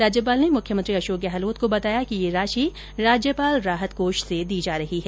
राज्यपाल ने मुख्यमंत्री अशोक गहलोत को बताया कि ये राशि राज्यपाल राहत कोष से दी जा रही है